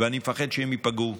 ואני מפחד שהם ייפגעו.